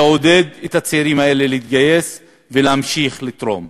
לעודד את הצעירים האלה להתגייס ולהמשיך לתרום.